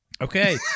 Okay